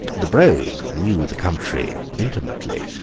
the brogue knew the country intimately,